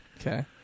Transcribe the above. Okay